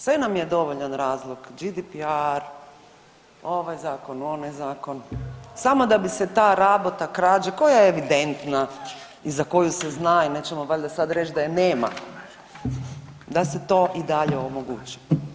Sve nam je dovoljan razlog, GDPR, ovaj zakon, onaj zakon samo da bi se ta rabota krađe koja je evidentna i za koju se zna i nećemo valjda sada reći da je nema, da se to i dalje omogući.